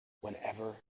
whenever